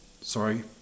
sorry